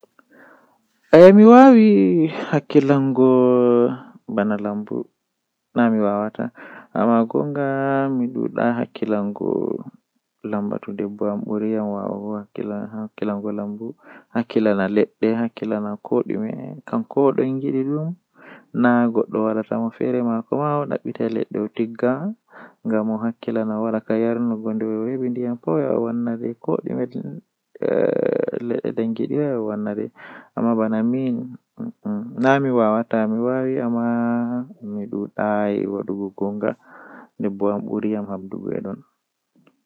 Gootel, Didi, Tati, To ahawri gotel didi be tati hokkete jweego.